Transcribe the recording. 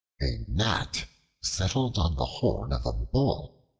a gnat settled on the horn of a bull,